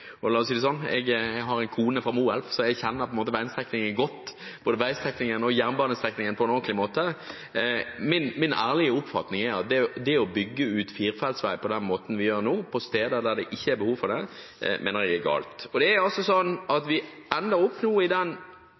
Jeg vil si det sånn at når det gjelder strekningen fra Hamar og nordover – jeg har en kone fra Moelv – så kjenner jeg den strekningen godt, jeg kjenner både veistrekningen og jernbanestrekningen på en ordentlig måte. Min ærlige oppfatning er at det å bygge ut firefelts vei på den måten vi gjør nå, på steder der det ikke er behov for det, er galt. Det er altså sånn at vi ender opp i den